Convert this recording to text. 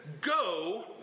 Go